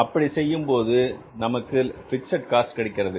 அப்படி செய்யும்போது நமக்கு பிக்ஸட் காஸ்ட் கிடைக்கிறது